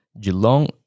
Geelong